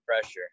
pressure